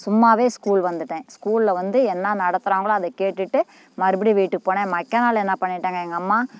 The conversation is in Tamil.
சும்மாவே ஸ்கூல் வந்துவிட்டேன் ஸ்கூலில் வந்து என்ன நடத்துகிறாங்களோ அதை கேட்டுவிட்டு மறுபடியும் வீட்டுக்கு போனேன் மைக்காநாள் என்ன பண்ணிவிட்டாங்க எங்கள் அம்மா